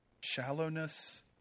shallowness